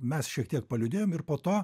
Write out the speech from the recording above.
mes šiek tiek paliūdėjom ir po to